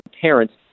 parents